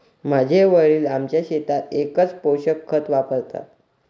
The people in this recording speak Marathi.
माझे वडील आमच्या शेतात एकच पोषक खत वापरतात